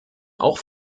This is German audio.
auch